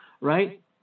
right